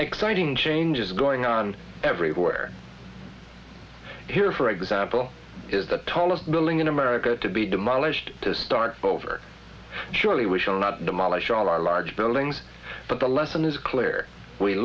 exciting changes going on everywhere here for example is the tallest building in america to be demolished to start over surely we shall not demolish all our large buildings but the lesson is clear we